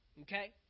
Okay